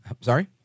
sorry